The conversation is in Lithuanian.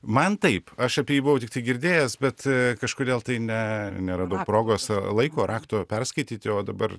man taip aš apie jį buvau tiktai girdėjęs bet a kažkodėl tai ne neradau progos laiko rakto perskaityti o dabar